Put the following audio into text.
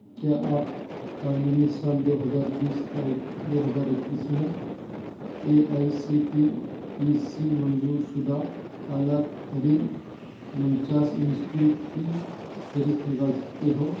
کیا آپ تعلیمی سال دو ہزار بیس تا دو ہزار اکیس میں A I C T E سی منظور شدہ اعلیٰ ترین انچاس انسٹیٹیوٹ کی فہرست نکال سکتے ہو